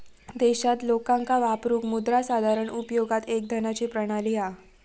देशात लोकांका वापरूक मुद्रा साधारण उपयोगात एक धनाची प्रणाली हा